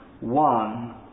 one